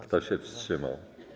Kto się wstrzymał?